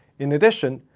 in addition,